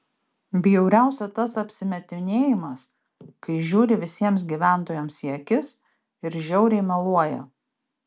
bjauriausia tas apsimetinėjimas kai žiūri visiems gyventojams į akis ir žiauriai meluoja